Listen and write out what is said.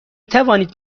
توانید